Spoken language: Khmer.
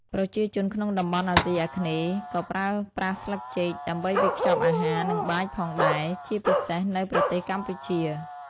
ប្រជាជនក្នុងតំបន់អាស៊ីអាគ្នេយ៍ ក៏ប្រើប្រាស់ស្លឹកចេកដើម្បីវេចខ្ចប់អាហារ និងបាយផងដែរជាពិសេសនៅប្រទេសកម្ពុជា។